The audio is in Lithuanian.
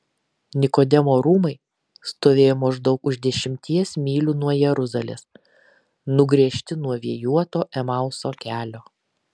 nikodemo rūmai stovėjo maždaug už dešimties mylių nuo jeruzalės nugręžti nuo vėjuoto emauso kelio